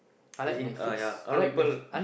as in uh ya a lot people